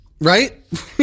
Right